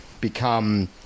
become